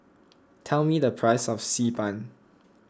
tell me the price of Xi Ban